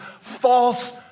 false